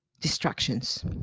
distractions